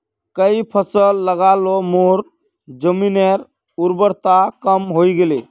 कई फसल लगा ल मोर जमीनेर उर्वरता कम हई गेले